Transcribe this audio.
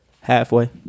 halfway